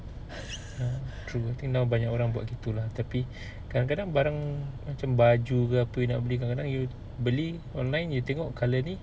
true I think now banyak orang buat gitu lah tapi kadang-kadang barang macam baju ke apa you nak beli kadang-kadang you beli online you tengok colour ni